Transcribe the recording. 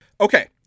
Okay